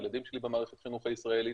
הילדים שלי במערכת חינוך הישראלית,